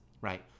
right